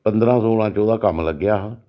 पंदरां सोलां च ओह्दा कम्म लग्गेआ हा